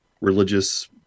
religious